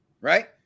right